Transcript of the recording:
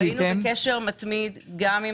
אנחנו היינו בקשר מתמיד ושוטף גם עם